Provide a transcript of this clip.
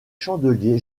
chandeliers